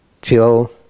till